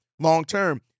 long-term